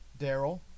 Daryl